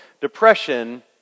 Depression